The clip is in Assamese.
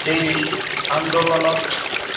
এই আন্দোলনত